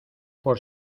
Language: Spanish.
por